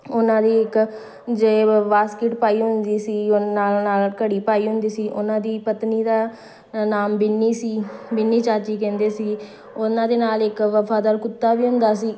ਉਹਨਾਂ ਦੀ ਇੱਕ ਜੇਬ ਬਾਸਕਿਟ ਪਾਈ ਹੁੰਦੀ ਸੀ ਉਨ ਨਾਲ ਨਾਲ ਘੜੀ ਪਾਈ ਹੁੰਦੀ ਸੀ ਉਹਨਾਂ ਦੀ ਪਤਨੀ ਦਾ ਨਾਮ ਬਿੰਨੀ ਸੀ ਬਿੰਨੀ ਚਾਚੀ ਕਹਿੰਦੇ ਸੀ ਉਹਨਾਂ ਦੇ ਨਾਲ ਇੱਕ ਵਫਾਦਾਰ ਕੁੱਤਾ ਵੀ ਹੁੰਦਾ ਸੀ